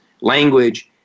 language